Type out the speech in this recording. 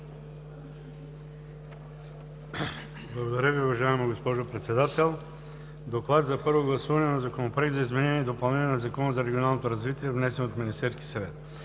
Благодаря Ви, уважаема госпожо Председател. „ДОКЛАД за първо гласуване на Законопроекта за изменение и допълнение на Закона за регионалното развитие, внесен от Министерския съвет